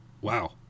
Wow